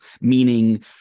Meaning